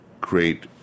create